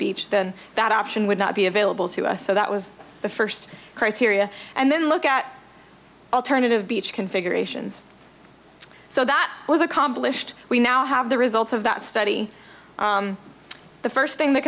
beach then that option would not be available to us so that was the first criteria and then look at alternative beach configurations so that was accomplished we now have the results of that study the first thing th